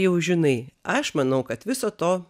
jau žinai aš manau kad viso to